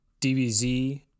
DBZ